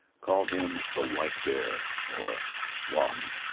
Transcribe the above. called him the whitebear, or wahb.